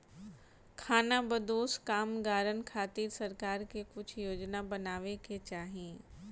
खानाबदोश कामगारन खातिर सरकार के कुछ योजना बनावे के चाही